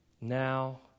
now